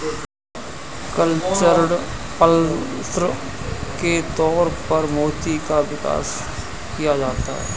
cultured pearls के तौर पर मोती का विकास किया जाता है